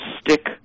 stick